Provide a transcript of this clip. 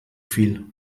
viel